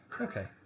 Okay